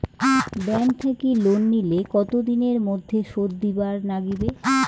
Bank থাকি loan নিলে কতো দিনের মধ্যে শোধ দিবার নাগিবে?